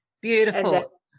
beautiful